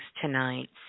tonight